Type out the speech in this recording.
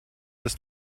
des